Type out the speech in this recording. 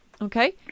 okay